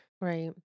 Right